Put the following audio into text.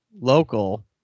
local